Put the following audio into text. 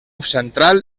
central